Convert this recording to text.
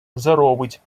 заробить